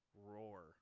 roar